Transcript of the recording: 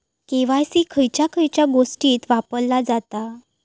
KYC खयच्या खयच्या गोष्टीत वापरला जाता?